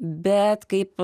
bet kaip